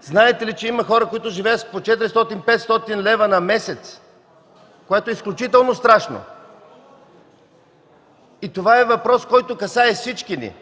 –знаете ли, че има хора, които живеят с по 400-500 лв. на месец, което е изключително страшно? Това е въпрос, който касае всички ни.